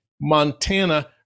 Montana